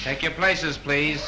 check your places plays